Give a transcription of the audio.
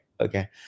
Okay